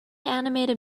animated